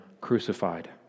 crucified